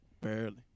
Barely